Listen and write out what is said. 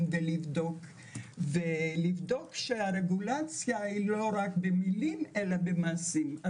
ולבדוק שהרגולציה היא לא רק במילים אלא גם במעשים.